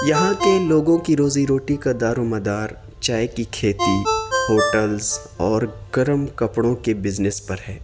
یہاں کے لوگوں کی روزی روٹی کا دار و مدار چائے کی کھیتی ہوٹلز اور گرم کپڑوں کے بزنس پر ہے